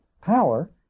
power